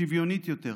שוויונית יותר,